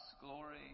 glory